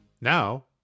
Now